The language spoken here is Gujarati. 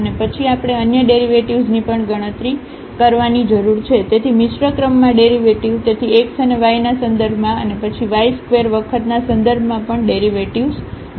અને પછી આપણે અન્ય ડેરિવેટિવ્ઝની પણ ગણતરી કરવાની જરૂર છે તેથી મિશ્ર ક્રમમાં ડેરિવેટિવ તેથી x અને y ના સંદર્ભમાં અને પછી y2 વખતના સંદર્ભમાં પણ ડેરિવેટિવ્ઝ છે